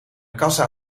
kassa